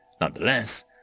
Nonetheless